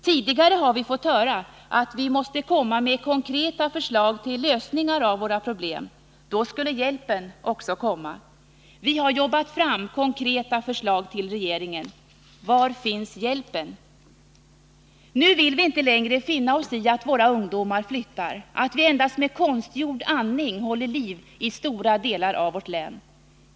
Tidigare har vi fått höra att vi måste komma med konkreta förslag till lösningar av våra problem — då skulle hjälpen också komma. Vi har jobbat fram konkreta förslag till regeringen — var finns hjälpen? Nu vill vi inte längre finna oss i att våra ungdomar flyttar, att vi endast med konstgjord andning håller liv i stora delar av vårt län.